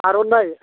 आर'नाइ